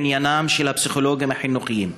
בעניינם של הפסיכולוגים החינוכיים,